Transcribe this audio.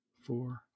four